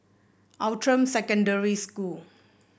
Outram Secondary School